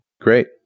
Great